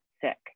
sick